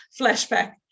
flashback